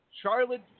Charlotte